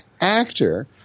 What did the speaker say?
actor